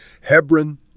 Hebron